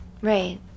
right